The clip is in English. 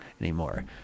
anymore